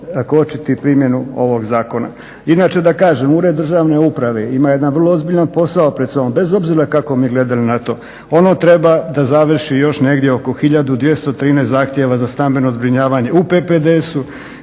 kočiti primjenu ovoga zakona. Inače da kažem, Ured državne uprave, ima jedan vrlo ozbiljan posao pred sobom, bez obzira kako mi gledali na to, ono treba da završi još negdje oko hiljadu 213 zahtjeva za stambeno zbrinjavanje u PPDS,